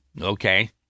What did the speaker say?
okay